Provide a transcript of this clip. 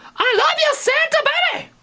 i love you santa baby!